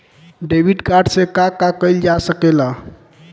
Debit card से का का कइल जा सके ला?